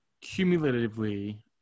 cumulatively